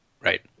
Right